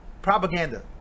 Propaganda